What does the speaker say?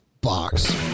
box